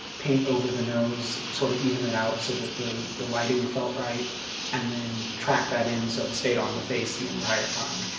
paint over the nose, sort of even it out so that the the lighting felt right and then track that in so it stayed on the face the entire time